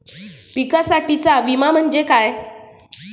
पिकांसाठीचा विमा म्हणजे काय?